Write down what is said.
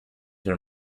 were